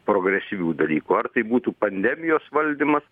progresyvių dalykų ar tai būtų pandemijos valdymas